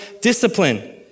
discipline